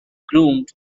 groomed